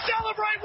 Celebrate